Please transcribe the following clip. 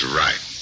right